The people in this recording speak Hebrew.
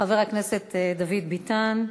חבר הכנסת דוד ביטן.